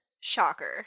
Shocker